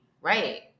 Right